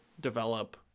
develop